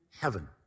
heaven